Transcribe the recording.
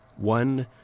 one